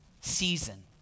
season